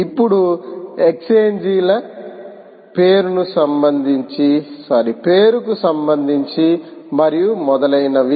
ఇప్పుడు ఎక్స్ఛేంజీల పేరుకు సంబంధించి మరియు మొదలైనవి